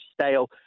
stale